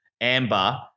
Amber